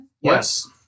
Yes